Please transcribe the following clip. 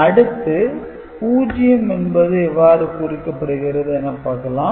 அடுத்து 0 என்பது எவ்வாறு குறிக்கப்படுகிறது என பார்க்கலாம்